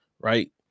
Right